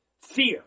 fear